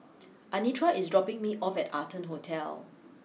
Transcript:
Anitra is dropping me off at Arton Hotel